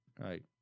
Right